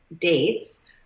dates